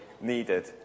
Needed